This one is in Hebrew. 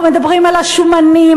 אנחנו מדברים על השומנים,